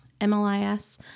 MLIS